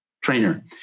trainer